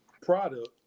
product